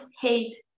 hate